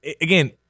again